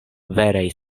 veraj